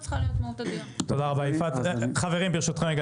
חברים, רגע.